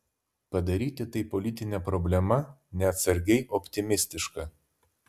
padaryti tai politine problema neatsargiai optimistiška